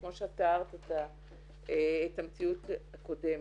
כמו שאת תיארת את המציאות הקודמת,